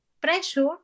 pressure